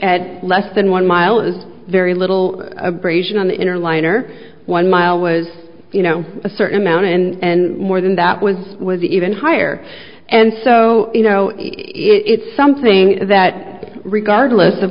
at less than one mile is very little abrasion on the inner liner one mile was you know a certain amount and more than that was was even higher and so you know it's something that regardless of